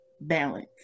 balance